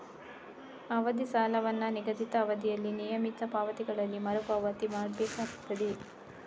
ಅವಧಿ ಸಾಲವನ್ನ ನಿಗದಿತ ಅವಧಿಯಲ್ಲಿ ನಿಯಮಿತ ಪಾವತಿಗಳಲ್ಲಿ ಮರು ಪಾವತಿ ಮಾಡ್ಬೇಕಾಗ್ತದೆ